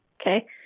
okay